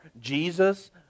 Jesus